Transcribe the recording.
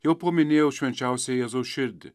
jau paminėjau švenčiausią jėzaus širdį